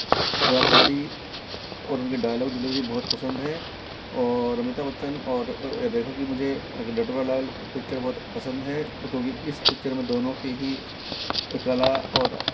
अदाकारी और उनके डायलॉग डिलवरी बहुत पसंद है और अमिताभ बच्चन और रेखा कि मुझे एक नटवरलाल पिक्चर बहुत पसंद है क्योंकि इस पिक्चर में दोनों की ही कला और